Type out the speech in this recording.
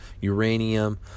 uranium